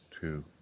two